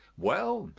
well,